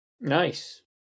Nice